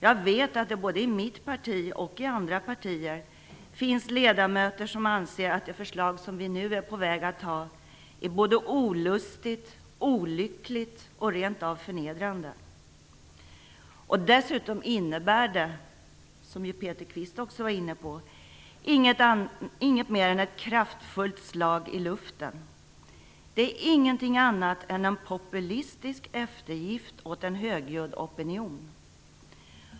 Jag vet att det både i mitt parti och i andra partier finns ledamöter som anser att det förslag som vi nu är på väg att anta är både olustigt, olyckligt och rent av förnedrande. Och dessutom innebär det, som Peter Eriksson också var inne på, ingenting mer än ett kraftfullt slag i luften. Det är ingenting annat än en populistisk eftergift åt en högljudd opinion.